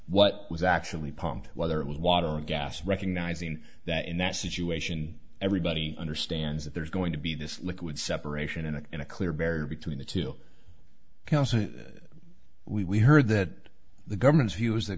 what was actually pumped whether it was water or gas recognizing that in that situation everybody understands that there is going to be this liquid separation and in a clear barrier between the two we heard that the government's view is th